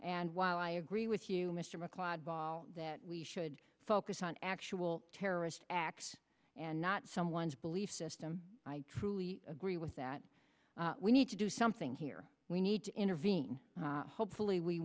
and while i agree with you mr macleod that we should focus on actual terrorist acts and not someone's belief system i truly agree with that we need to do something here we need to intervene hopefully we